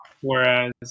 whereas